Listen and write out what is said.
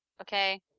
okay